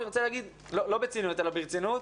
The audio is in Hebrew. כאן אני רוצה לומר, לא בציניות אלא ברצינות,